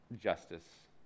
justice